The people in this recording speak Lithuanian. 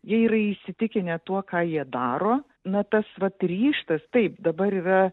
jie yra įsitikinę tuo ką jie daro ne tas vat ryžtas taip dabar yra